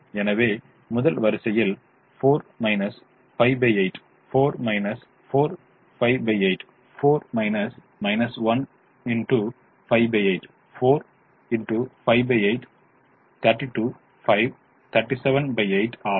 எனவே முதல் வரிசையில் 4 58 4 4 58 4 1 x 58 4 58 32 5 378 ஆகும்